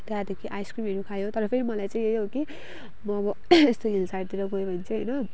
त्यहाँदेखि आइसक्रिमहरू खायो तर फेरि मलाई चाहिँ यो हो कि म अब यस्तो हिल साइडतिर गयो भने चाहिँ होइन